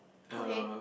okay